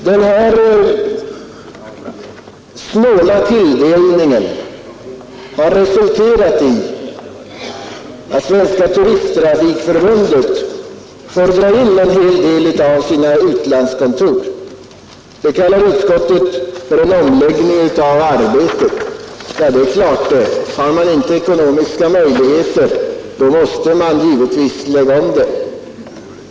Den här snåla tilldelningen har resulterat i att Svenska turisttrafikförbundet fått dra in en del av sina utlandskontor. Det kallar utskottet en omläggning av arbetet. Ja, har man inte ekonomiska möjligheter måste man givetvis lägga om verksamheten.